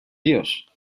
dios